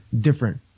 different